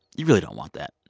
you really don't want that.